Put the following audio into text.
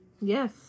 Yes